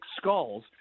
skulls